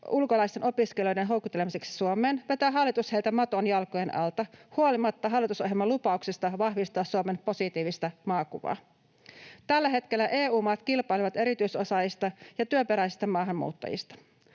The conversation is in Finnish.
ulkolaisten opiskelijoiden houkuttelemiseksi Suomeen, vetää hallitus heiltä maton jalkojen alta huolimatta hallitusohjelman lupauksista vahvistaa Suomen positiivista maakuvaa. Tällä hetkellä EU-maat kilpailevat erityisosaajista ja työperäisistä maahanmuuttajista.